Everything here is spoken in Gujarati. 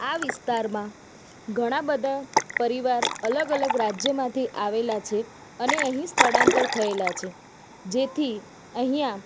આ વિસ્તારમાં ઘણા બધા પરિવાર અલગ અલગ રાજ્યમાંથી આવેલા છે અને અહી સ્થળાંતર થયેલા છે જેથી અહીંયા